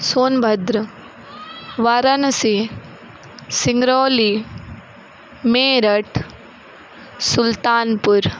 Sonbhadra Varanasi Singrauli Meerut Sultanpur